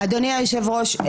אדוני היושב-ראש,